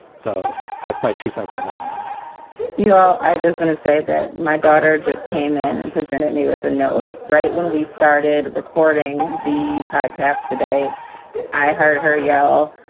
so that's my two cents on that matter you know, ah i just want to say that my daughter just came in and presented me with a note right when we started recording the podcast today i heard her yell,